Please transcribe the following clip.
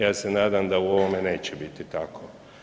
Ja se nadam da u ovome neće biti tako.